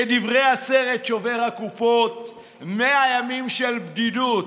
כדברי הסרט שובר הקופות "100 ימים של בדידות".